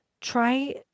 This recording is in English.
try